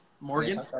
Morgan